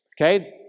Okay